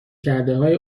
کردههای